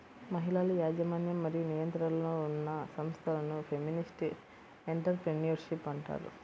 మహిళల యాజమాన్యం మరియు నియంత్రణలో ఉన్న సంస్థలను ఫెమినిస్ట్ ఎంటర్ ప్రెన్యూర్షిప్ అంటారు